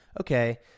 okay